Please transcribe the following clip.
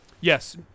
Yes